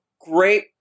great